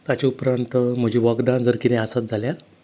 ताचे उपरांत म्हजीं वकदां कितेंय आसत जाल्यार